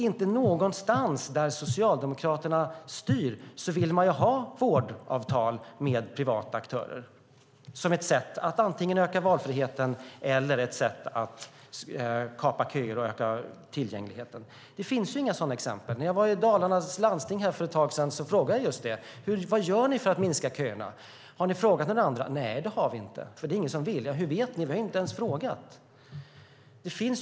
Inte någonstans där Socialdemokraterna styr vill man ha vårdavtal med privata aktörer som ett sätt att antingen öka valfriheten eller kapa köer och öka tillgängligheten. Det finns inga sådana exempel. När jag var i Dalarnas landsting för ett tag sedan frågade jag vad de gör för att minska köerna, om de frågat några andra. Nej, sade de, det har vi inte, för det är ingen som vill. Hur vet ni det om ni inte ens har frågat, undrade jag.